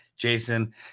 Jason